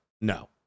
No